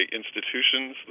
institutions